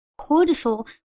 cortisol